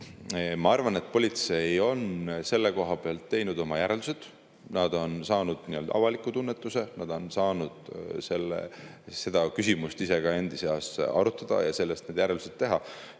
Ma arvan, et politsei on selle kohta teinud oma järeldused, nad on saanud avaliku tunnetuse, nad on saanud seda küsimust ise ka endi seas arutada ja sellest need järeldused teha.